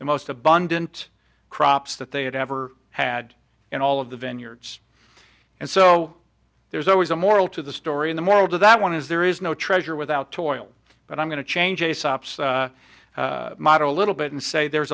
most abundant crops that they had ever had in all of the vineyards and so there's always a moral to the story in the moral to that one is there is no treasure without toil but i'm going to change a sops model a little bit and say there's